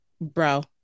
Bro